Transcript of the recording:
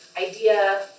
idea